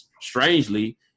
strangely